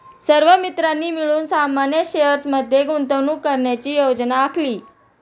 सर्व मित्रांनी मिळून सामान्य शेअर्स मध्ये गुंतवणूक करण्याची योजना आखली